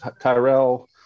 Tyrell